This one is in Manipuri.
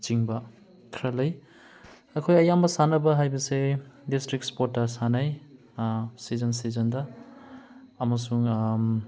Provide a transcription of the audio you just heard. ꯅꯆꯤꯡꯕ ꯈꯔ ꯂꯩ ꯑꯩꯈꯣꯏ ꯑꯌꯥꯝꯕ ꯁꯥꯟꯅꯕ ꯍꯥꯏꯕꯁꯦ ꯗꯤꯁꯇ꯭ꯔꯤꯛ ꯏꯁꯄꯣꯔꯠꯇ ꯁꯥꯟꯅꯩ ꯁꯤꯖꯟ ꯁꯤꯖꯟꯗ ꯑꯃꯁꯨꯡ